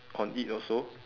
on it also